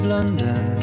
London